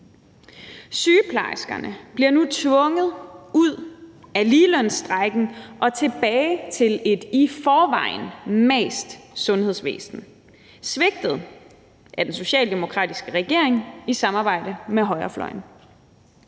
Sygeplejerskerne bliver nu tvunget ud af ligelønsstrejken og tilbage til et i forvejen mast sundhedsvæsen, svigtet af den socialdemokratiske regering i samarbejde med højrefløjen.